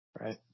Right